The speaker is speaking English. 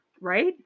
Right